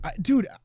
dude